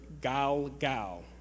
Galgal